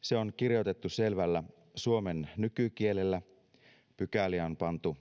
se on kirjoitettu selvällä suomen nykykielellä pykäliä on pantu